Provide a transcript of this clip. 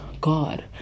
god